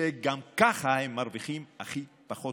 שגם ככה מרוויחים הכי מעט.